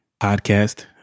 podcast